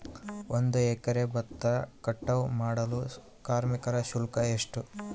ಒಂದು ಎಕರೆ ಭತ್ತ ಕಟಾವ್ ಮಾಡಲು ಕಾರ್ಮಿಕ ಶುಲ್ಕ ಎಷ್ಟು?